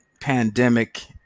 pandemic